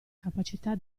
capacità